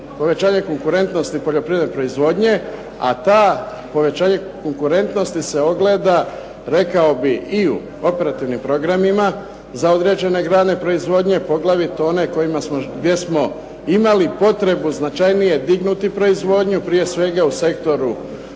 povećanja konkurentnosti poljoprivredne proizvodnje a to povećanje konkurentnosti se ogleda rekao bih i u operativnim programima za određene grane proizvodnje poglavito one gdje smo imali potrebu značajnije dignuti proizvodnju prije svega u sektoru